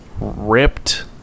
ripped